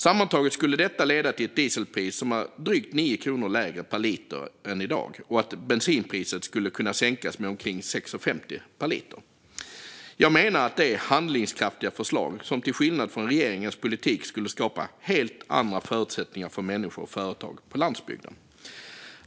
Sammantaget skulle detta leda till ett dieselpris som är drygt 9 kronor lägre per liter än i dag och till att bensinpriset kan sänkas med omkring 6,50 kronor per liter. Jag menar att detta är handlingskraftiga förslag som till skillnad från regeringens politik skulle skapa helt andra förutsättningar för människor och företag på landsbygden.